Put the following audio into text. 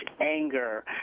anger